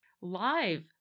live